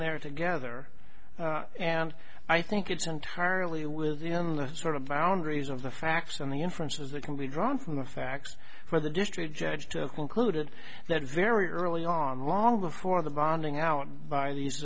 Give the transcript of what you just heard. there together and i think it's entirely within the sort of boundaries of the facts and the inferences that can be drawn from the facts for the district judge to concluded that very early on long before the bonding out by these